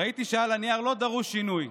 ראיתי שעל הנייר לא דרוש שינוי.